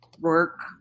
work